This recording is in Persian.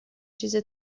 چیز